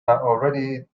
already